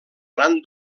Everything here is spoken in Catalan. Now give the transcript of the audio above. gran